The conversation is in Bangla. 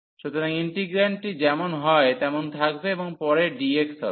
সুতরাং ইন্টিগ্রান্ডটি যেমন হয় তেমন থাকবে এবং পরে dx হবে